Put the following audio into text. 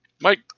Mike